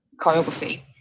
choreography